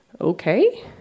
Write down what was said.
okay